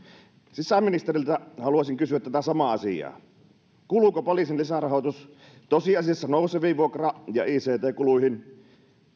sisäministeriltä haluaisin kysyä tätä samaa asiaa kuluuko poliisin lisärahoitus tosiasiassa nouseviin vuokra ja ict kuluihin